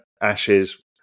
ashes